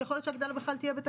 ו-40% על מה שמכוח